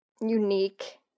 unique